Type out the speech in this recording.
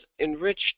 enriched